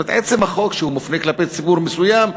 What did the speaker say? כלומר עצם החוק שהוא מופנה כלפי ציבור מסוים,